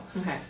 Okay